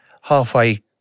halfway